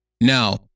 Now